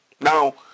Now